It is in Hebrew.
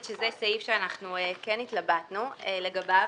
שזה סעיף שאנחנו כן התלבטנו לגביו,